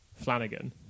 Flanagan